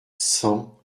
cent